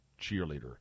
cheerleader